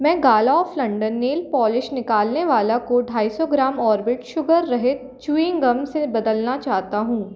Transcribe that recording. मैं Gala of London nail polish निकालनेवाला को दो सौ पचास ग्राम ऑर्बिट शुगर रहित च्युइंग गम से बदलना चाहता हूँ